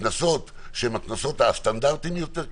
קנסות שהם הקנסות הסטנדרטיים יותר.